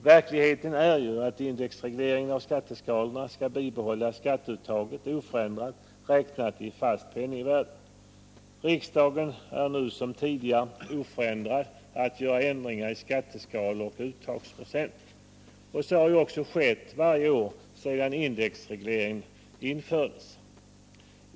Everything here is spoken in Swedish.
Verkligheten är ju att indexregleringen av skatteskalorna skall bibehålla skatteuttaget oförändrat, räknat i fast penningvärde. Riksdagen är nu som tidigare oförhindrad att göra ändringar i skatteskalor och uttagsprocent. Och så har också skett varje år sedan indexregleringen infördes.